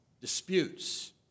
disputes